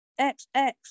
xx